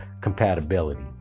compatibility